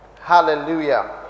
Hallelujah